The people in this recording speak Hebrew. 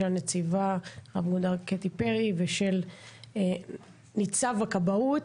של הנציבה רב גונדר קטי פרי ושל נציב הכבאות